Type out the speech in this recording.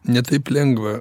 ne taip lengva